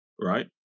right